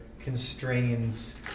constrains